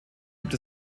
gibt